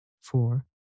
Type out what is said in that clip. four